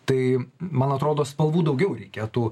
tai man atrodo spalvų daugiau reikėtų